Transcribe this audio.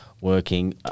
working